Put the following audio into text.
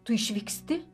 tu išvyksti